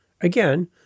Again